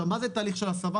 מה זה תהליך של הסבה?